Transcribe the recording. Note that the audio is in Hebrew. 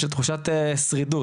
של תחושת השרידות.